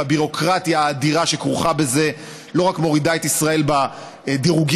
הביורוקרטיה האדירה שכרוכה בזה לא רק מורידה את ישראל בדירוגים